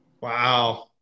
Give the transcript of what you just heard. wow